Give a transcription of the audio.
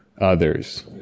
others